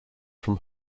from